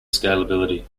scalability